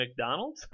McDonalds